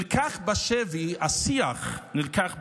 השיח נלקח בשבי,